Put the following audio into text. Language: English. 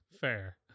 Fair